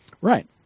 Right